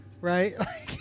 right